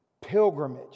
Pilgrimage